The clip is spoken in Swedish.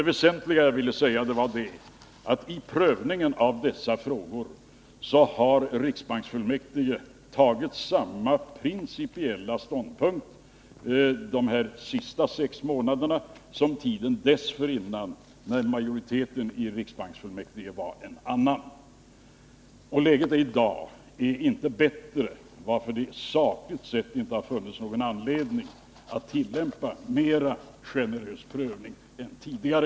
Det väsentliga jag ville säga var att i prövningen av dessa frågor har riksbanksfullmäktige tagit samma principiella ståndpunkt de här senaste sex månaderna som togs tiden dessförinnan, när majoriteten i riksbanksfullmäktige var en annan. Läget är inte bättre i dag, varför det sakligt sett inte har funnits någon anledning att tillämpa en mera generös prövning än tidigare.